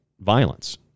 violence